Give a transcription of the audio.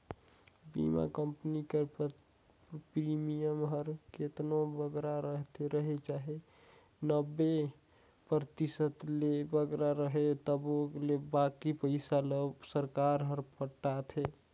बीमा कंपनी कर प्रीमियम हर केतनो बगरा रहें चाहे नब्बे परतिसत ले बगरा रहे तबो ले बाकी पइसा ल सरकार हर पटाथे